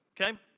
okay